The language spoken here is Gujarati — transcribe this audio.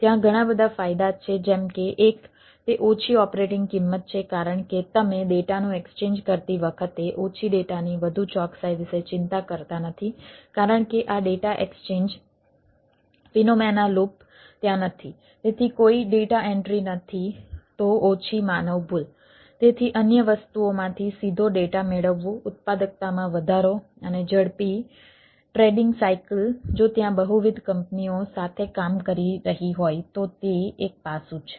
ત્યાં ઘણા બધા ફાયદા છે જેમ કે એક તે ઓછી ઓપરેટિંગ જો ત્યાં બહુવિધ કંપનીઓ સાથે કામ કરી રહી હોય તો તે એક પાસું છે